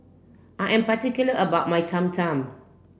I am particular about my Cham Cham